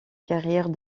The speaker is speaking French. carrière